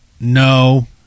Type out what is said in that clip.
no